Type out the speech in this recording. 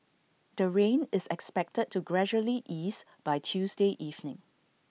the rain is expected to gradually ease by Tuesday evening